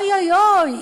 אוי אוי אוי,